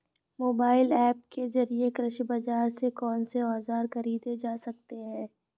Mobile app के जरिए कृषि बाजार से कौन से औजार ख़रीदे जा सकते हैं?